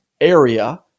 area